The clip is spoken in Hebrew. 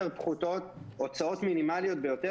הוצאות מינימליות ביותר,